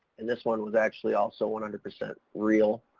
and this one was actually also one hundred percent real.